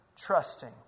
trusting